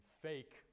fake